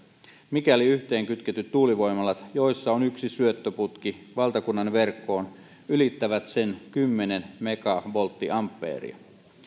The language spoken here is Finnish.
mikäli yhteen kytketyt tuulivoimalat joissa on yksi syöttöputki valtakunnan verkkoon ylittävät sen kymmenen megavolttiampeeria